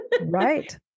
Right